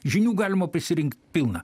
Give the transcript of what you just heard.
žinių galima prisirinkt pilną